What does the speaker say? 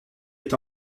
est